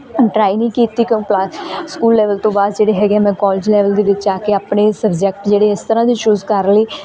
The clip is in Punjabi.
ਡਰਾਇੰਗ ਨਹੀਂ ਕੀਤੀ ਕਿਓਂ ਪਲਾ ਸਕੂਲ ਲੈਵਲ ਤੋਂ ਬਾਅਦ ਜਿਹੜੇ ਹੈਗੇ ਹੈ ਮੈਂ ਕੋਲਜ ਲੈਵਲ ਦੇ ਵਿੱਚ ਆ ਕੇ ਆਪਣੇ ਸਬਜੈਕਟ ਜਿਹੜੇ ਹੈ ਇਸ ਤਰ੍ਹਾਂ ਦੇ ਚੂਸ ਕਰ ਲਏ